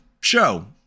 show